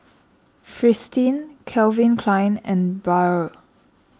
Fristine Calvin Klein and Biore